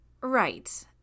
Right